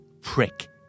prick